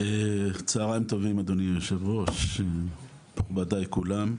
צוהריים טובים, אדוני היושב ראש, מכובדי כולם.